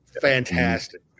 Fantastic